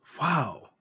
Wow